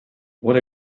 what